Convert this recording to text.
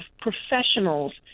professionals